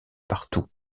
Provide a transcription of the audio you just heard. partout